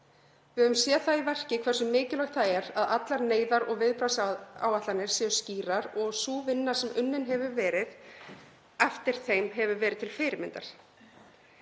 Við höfum séð það í verki hversu mikilvægt það er að allar neyðar- og viðbragðsáætlanir séu skýrar og sú vinna sem unnin hefur verið eftir þeim hefur verið til fyrirmyndar.